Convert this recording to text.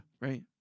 right